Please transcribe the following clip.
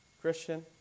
Christian